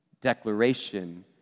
declaration